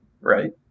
Right